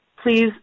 please